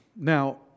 Now